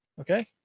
Okay